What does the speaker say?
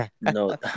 No